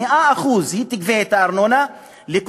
היא תגבה את הארנונה ב-100%,